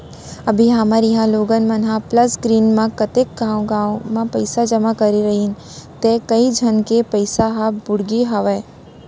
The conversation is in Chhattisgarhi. अभी हमर इहॉं लोगन मन ह प्लस ग्रीन म कतेक गॉंव गॉंव म पइसा जमा करे रहिन तौ कइ झन के पइसा ह बुड़गे हवय